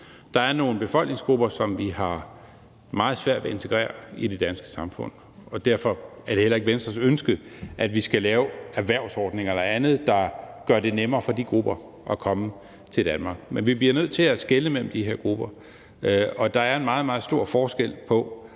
Der er nogle befolkningsgrupper, som vi har meget svært ved at integrere i det danske samfund, og derfor er det heller ikke Venstres ønske, at vi skal lave erhvervsordninger eller andet, der gør det nemmere for de grupper at komme til Danmark. Men vi bliver nødt til at skelne mellem de her grupper, og der er en meget, meget stor forskel på,